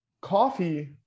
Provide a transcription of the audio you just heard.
Coffee